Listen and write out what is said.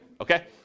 Okay